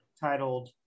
titled